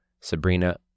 Sabrina